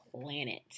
planet